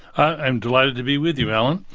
i'm glad to be with you, alan.